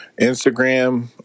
Instagram